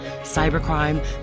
Cybercrime